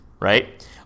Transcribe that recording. right